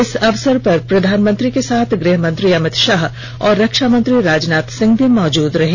इस अवसर पर प्रधानमंत्री के साथ गृहमंत्री अमित षाह और रक्षामंत्री राजनाथ सिंह भी मौजूद रहें